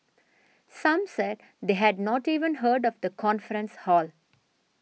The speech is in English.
some said they had not even heard of the conference hall